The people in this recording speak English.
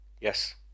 yes